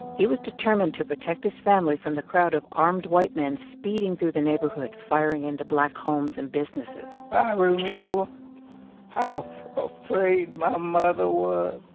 he was determined to protect his family from the crowd of armed white men speeding through the neighborhood, firing into black homes and businesses i remember how afraid my mother was,